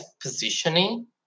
positioning